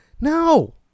No